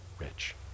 rich